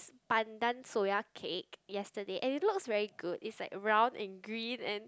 pandan soya cake yesterday and it looks very good it's like round and green and